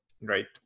right